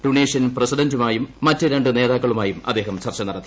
Tunisian പ്രസിഡന്റുമായും മറ്റ് രൂണ്ടുനേതാക്കളുമായും അദ്ദേഹം ചർച്ച നടത്തി